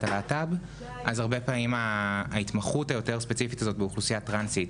הלהט"ב כך שהרבה פעמים ההתמחות הספציפית הזו באוכלוסייה טרנסית